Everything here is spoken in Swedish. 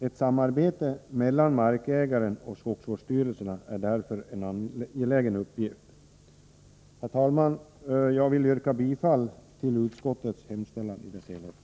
Ett samarbete mellan markägarna och skogsvårdsstyrelserna är därför en angelägen uppgift. Herr talman! Jag vill yrka bifall till utskottets hemställan i dess helhet.